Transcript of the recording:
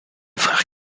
frère